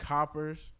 Coppers